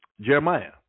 Jeremiah